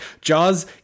Jaws